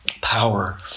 power